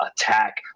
attack